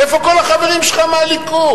איפה כל החברים שלך מהליכוד?